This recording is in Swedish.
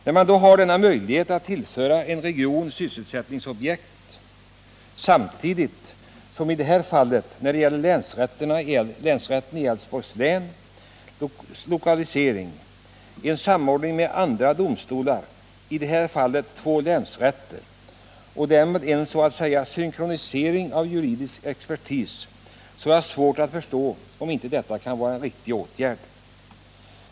När man då har denna möjlighet att tillföra en region sysselsättningsobjekt och samtidigt, som i detta fall beträffande länsrättens i Älvsborgs län lokalisering, åstadkomma en samordning med andra domstolar, i det här fallet två länsrätter, och därmed få så att säga en synkronisering av juridisk expertis, har jag svårt att förstå annat än att detta är en riktig åtgärd.